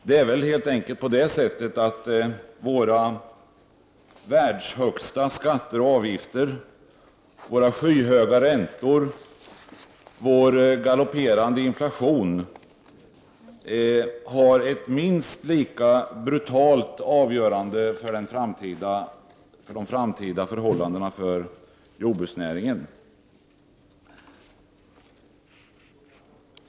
Det är väl närmast så att våra skatter och avgifter, som är högst i världen, våra skyhöga räntor och vår galopperande inflation har ett minst lika brutalt avgörande på de framtida förhållandena för jordbruksnäringen.